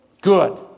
Good